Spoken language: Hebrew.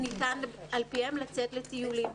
שניתן על פיהם לצאת לטיולים,